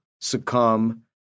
succumb